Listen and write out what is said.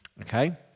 okay